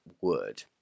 word